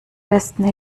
besten